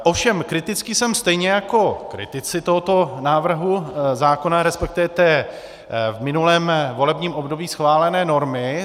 Ovšem kritický jsem stejně jako kritici tohoto návrhu zákona, respektive té v minulém volebním období schválené normy.